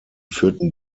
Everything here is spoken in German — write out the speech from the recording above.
führten